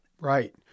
Right